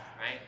right